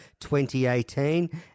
2018